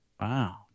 Wow